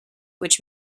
which